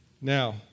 Now